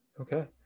Okay